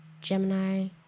Gemini